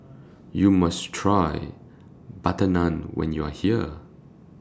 YOU must Try Butter Naan when YOU Are here